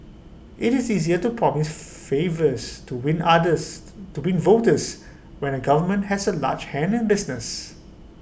IT is easier to promise favours to win others to be voters when A government has A large hand in business